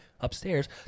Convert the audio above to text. upstairs